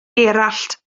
gerallt